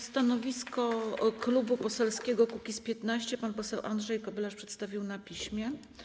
Stanowisko Klubu Poselskiego Kukiz’15 pan poseł Andrzej Kobylarz przedstawił na piśmie.